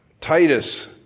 Titus